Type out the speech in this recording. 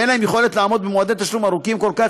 שאין להם יכולת לעמוד במועדי תשלום ארוכים כל כך,